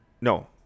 No